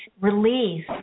release